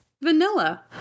vanilla